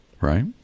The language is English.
right